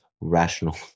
rational